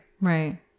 Right